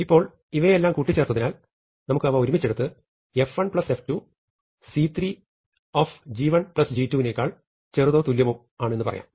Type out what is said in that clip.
ഇപ്പോൾ ഇവയെയെല്ലാം കൂട്ടിച്ചേർത്തതിനാൽ നമുക്ക് അവ ഒരുമിച്ചെടുത്ത് f1 f2 c3g1 g2 എന്നുപറയാം